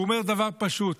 הוא אומר דבר פשוט: